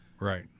Right